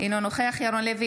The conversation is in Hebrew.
אינו נוכח ירון לוי,